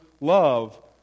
love